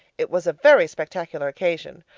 it was a very spectacular occasion.